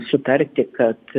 sutarti kad